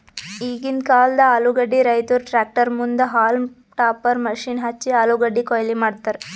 ಈಗಿಂದ್ ಕಾಲ್ದ ಆಲೂಗಡ್ಡಿ ರೈತುರ್ ಟ್ರ್ಯಾಕ್ಟರ್ ಮುಂದ್ ಹೌಲ್ಮ್ ಟಾಪರ್ ಮಷೀನ್ ಹಚ್ಚಿ ಆಲೂಗಡ್ಡಿ ಕೊಯ್ಲಿ ಮಾಡ್ತರ್